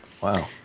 Wow